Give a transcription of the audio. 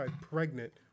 Pregnant